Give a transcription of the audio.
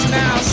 now